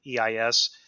EIS